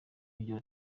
ugira